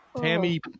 tammy